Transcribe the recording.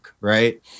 right